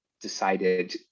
decided